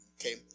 Okay